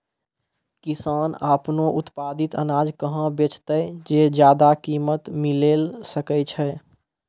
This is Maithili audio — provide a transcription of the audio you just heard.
किसान आपनो उत्पादित अनाज कहाँ बेचतै जे ज्यादा कीमत मिलैल सकै छै?